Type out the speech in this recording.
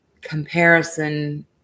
comparison